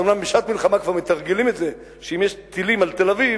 אומנם בשעת מלחמה כבר מתרגלים את זה שאם יש טילים על תל-אביב,